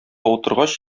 утыргач